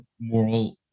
moral